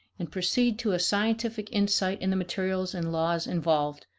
and proceed to a scientific insight in the materials and laws involved,